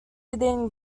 within